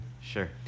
Sure